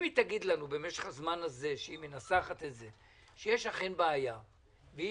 אם היא תגיד לנו במשך הזמן שהיא מנסחת את זה שיש אכן בעיה ואי-אפשר,